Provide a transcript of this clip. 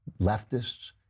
leftists